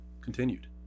continued